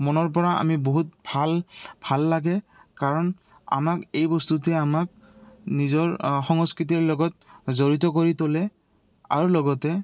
মনৰ পৰা আমি বহুত ভাল ভাল লাগে কাৰণ আমাক এই বস্তুটোৱে আমাক নিজৰ সংস্কৃতিৰ লগত জড়িত কৰি তোলে আৰু লগতে